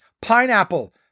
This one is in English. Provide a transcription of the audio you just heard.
Pineapple